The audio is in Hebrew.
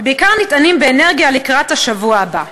ובעיקר נטענים באנרגיה לקראת השבוע הבא.